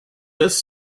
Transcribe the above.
this